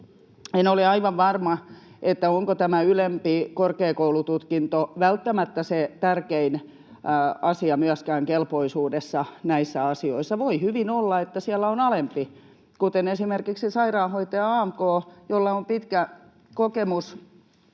en ole aivan varma, onko tämä ylempi korkeakoulututkinto välttämättä se tärkein asia myöskään kelpoisuudessa näissä asioissa. Voi hyvin olla, että siellä on alempi, kuten esimerkiksi sairaanhoitaja (AMK), jolla on pitkä kokemus